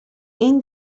این